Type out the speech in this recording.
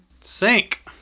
Sink